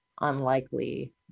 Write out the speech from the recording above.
unlikely